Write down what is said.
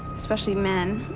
especially men,